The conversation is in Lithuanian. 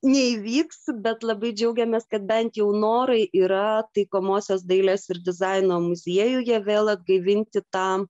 neįvyks bet labai džiaugiamės kad bent jau norai yra taikomosios dailės ir dizaino muziejuje vėl atgaivinti tą